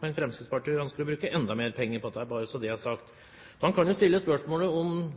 men Fremskrittspartiet ønsker å bruke enda mer penger på dette – bare så det er sagt. Man kan stille spørsmålet om